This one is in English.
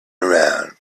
around